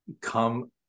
come